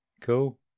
Cool